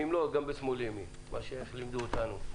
ואם לא, גם בשמאל-ימין, איך שלימדו אותנו.